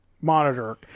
Monitor